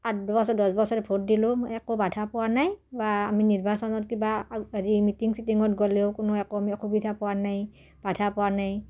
আঠ দবছৰ দহ বছৰ ভোট দিলো একো বাধা পোৱা নাই বা আমি নিৰ্বাচনত কিবা হেৰি মিটিং চিটিঙত গ'লেও কোনো একো আমি অসুবিধা পোৱা নাই বাধা পোৱা নাই